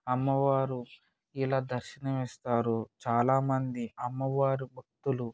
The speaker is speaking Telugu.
అమ్మవారు ఇలా దర్శనమిస్తారు చాలామంది అమ్మవారి భక్తులు